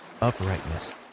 uprightness